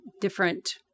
different